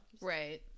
Right